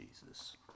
Jesus